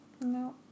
No